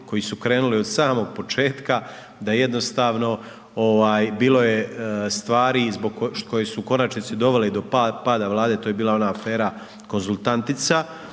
koji su krenuli od samog početka, da jednostavno, bilo je stvari koje su u konačnici dovele do pada Vlade, to je bila ona afera Konzultantica,